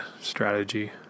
strategy